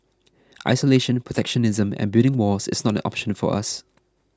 isolation protectionism and building walls is not an option for us